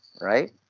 right